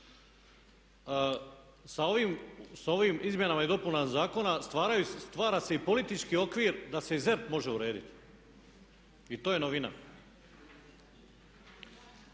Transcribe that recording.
Sa ovim izmjenama i dopunama zakona stvara se i politički okvir da se i ZERP može urediti i to je novina.